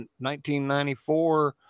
1994